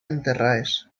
enterrades